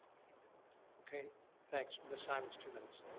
like yeah okay, thanks miss simonds two minutes.